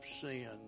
sin